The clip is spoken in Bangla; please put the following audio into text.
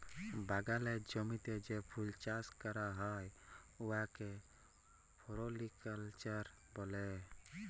বাগালের জমিতে যে ফুল চাষ ক্যরা হ্যয় উয়াকে ফোলোরিকাল্চার ব্যলে